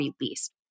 released